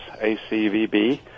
ACVB